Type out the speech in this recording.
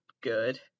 good